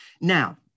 now